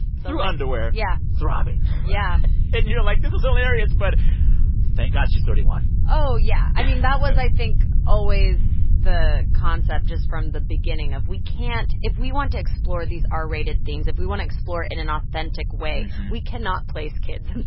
through underwear. yeah. throbbing yeah and you're like, this is hilarious, but thank god she's thirty one point oh, yeah. i mean, that was, i think, always the concept just from the beginning, of we can't if we want to explore these ah r-rated r-rated themes, if we want to explore it in an authentic way, we cannot place kids